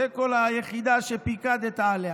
זאת כל היחידה שפיקדת עליה,